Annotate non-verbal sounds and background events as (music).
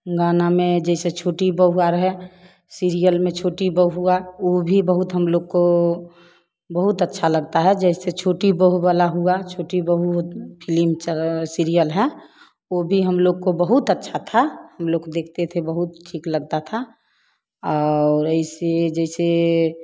गाना में जैसे छोटी बहू आर है सिरिअल में छोटी बहू हुआ वह भी बहुत हम लोग को बहुत अच्छा लगता है जैसे छोटी बहू वाला हुआ छोटी बौह (unintelligible) फिलिम सिरिअल है वह भी हम लोग को बहुत अच्छा था हम लोग देखते थे बहुत ठीक लगता था और ऐसे जैसे